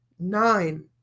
nine